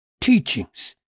teachings